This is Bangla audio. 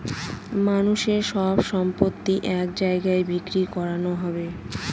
মানুষের সব সম্পত্তি এক জায়গায় বিক্রি করানো হবে